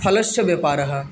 फलस्य व्यापारः